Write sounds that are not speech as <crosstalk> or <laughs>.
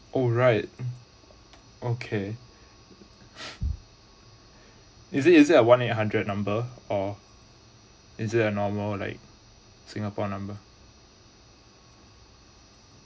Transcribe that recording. alright okay <laughs> is it is it a one eight hundred number or is it a normal like singapore number